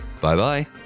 Bye-bye